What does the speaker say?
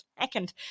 second